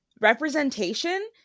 representation